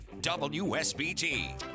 WSBT